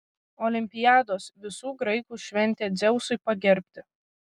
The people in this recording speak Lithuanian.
olimpiados visų graikų šventė dzeusui pagerbti